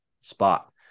spot